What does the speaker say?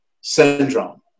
syndrome